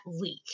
week